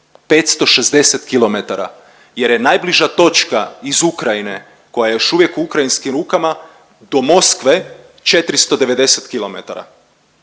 560 km jer je najbliža točka iz Ukrajine koja je još uvijek u ukrajinskim rukama do Moskve 490 km,